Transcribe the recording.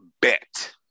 Bet